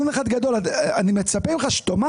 אני מצפה ממך לומר: